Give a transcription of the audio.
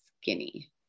skinny